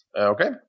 Okay